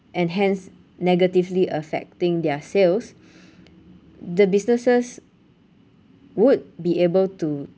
and hence negatively affecting their sales the businesses would be able to